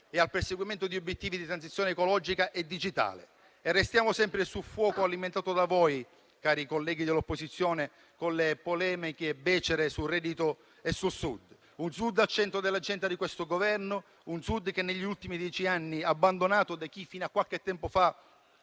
e al perseguimento di obiettivi di transizione ecologica e digitale. Restiamo sempre sul fuoco alimentato da voi, colleghi dell'opposizione, con le polemiche becere sul reddito e sul Sud. Il Sud è al centro dell'agenda di questo Governo, ma negli ultimi dieci anni è stato abbandonato da chi fino a qualche tempo fa